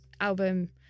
album